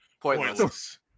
Pointless